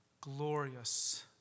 glorious